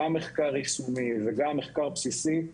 גם מחקר יישומי וגם מחקר בסיסי,